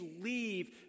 leave